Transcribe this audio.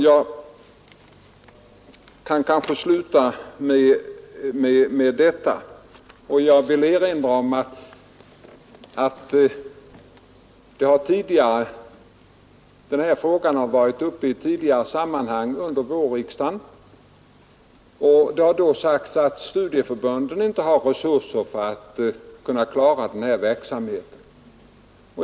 Jag skulle kanske kunna sluta med detta. Emellertid vill jag erinra om att denna fråga varit uppe i ett tidigare sammanhang under vårriksdagen. Då sades det att studieförbunden inte har resurser för att klara den här verksamheten.